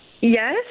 Yes